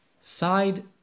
side